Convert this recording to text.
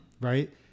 right